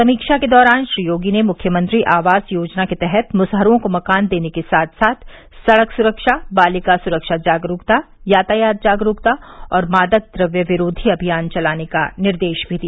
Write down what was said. समीक्षा के दौरान श्री योगी ने मुख्यमंत्री आवास योजना के तहत मुसहरों को मकान देने के साथ साथ सड़क सुरक्षा बालिका सुरक्षा जागरूकता यातायात जागरूकता और मादक द्रव्य विरोधी अभियान चलाने का निर्देश भी दिया